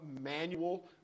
manual